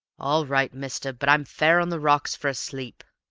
all right, mister but i'm fair on the rocks for a sleep!